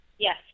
Yes